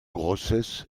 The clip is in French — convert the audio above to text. grossesses